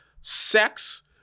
sex